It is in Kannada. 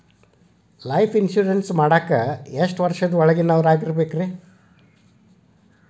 ಲೈಫ್ ಇನ್ಶೂರೆನ್ಸ್ ಮಾಡಾಕ ಎಷ್ಟು ವರ್ಷದ ಒಳಗಿನವರಾಗಿರಬೇಕ್ರಿ?